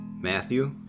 matthew